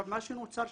מה שנוצר,